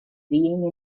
being